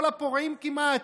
כל הפורעים כמעט.